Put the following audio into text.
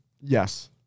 Yes